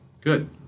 Good